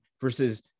versus